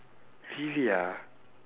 really ah